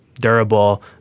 durable